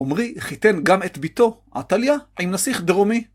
עומרי חיתן גם את ביתו, עתליה עם נסיך דרומי.